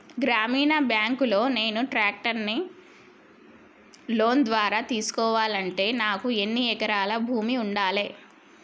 గ్రామీణ బ్యాంక్ లో నేను ట్రాక్టర్ను లోన్ ద్వారా తీసుకోవాలంటే నాకు ఎన్ని ఎకరాల భూమి ఉండాలే?